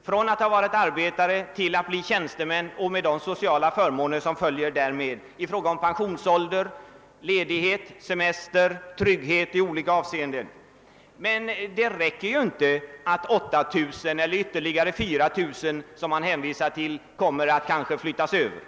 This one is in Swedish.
och från att ha varit arbetare har blivit tjänstemän med de sociala förmåner i fråga om pensionsålder, ledighet, semester och trygghet i olika avseenden som följer med det, men det räcker inte att 8 000 har flyttats över och att kanske ytterligare 4 000 kommer att flyttas över.